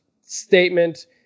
statement